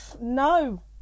no